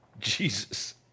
Jesus